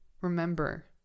remember